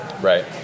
Right